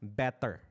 better